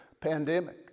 pandemic